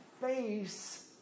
face